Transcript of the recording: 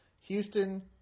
Houston